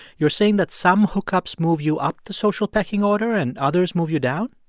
you're saying that some hookups move you up the social pecking order and others move you down?